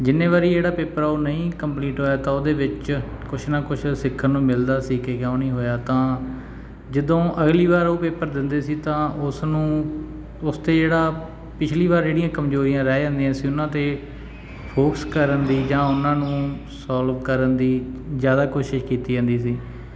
ਜਿੰਨੀ ਵਾਰੀ ਜਿਹੜਾ ਪੇਪਰ ਆ ਉਹ ਨਹੀਂ ਕੰਪਲੀਟ ਹੋਇਆ ਤਾਂ ਉਹਦੇ ਵਿੱਚ ਕੁਛ ਨਾ ਕੁਛ ਸਿੱਖਣ ਨੂੰ ਮਿਲਦਾ ਸੀ ਕਿ ਕਿਉਂ ਨਹੀਂ ਹੋਇਆ ਤਾਂ ਜਦੋਂ ਅਗਲੀ ਵਾਰ ਉਹ ਪੇਪਰ ਦਿੰਦੇ ਸੀ ਤਾਂ ਉਸ ਨੂੰ ਉਸ 'ਤੇ ਜਿਹੜਾ ਪਿਛਲੀ ਵਾਰ ਜਿਹੜੀਆਂ ਕਮਜ਼ੋਰੀਆਂ ਰਹਿ ਜਾਂਦੀਆਂ ਸੀ ਉਹਨਾਂ 'ਤੇ ਫੋਕਸ ਕਰਨ ਦੀ ਜਾਂ ਉਹਨਾਂ ਨੂੰ ਸੋਲਵ ਕਰਨ ਦੀ ਜ਼ਿਆਦਾ ਕੋਸ਼ਿਸ਼ ਕੀਤੀ ਜਾਂਦੀ ਸੀ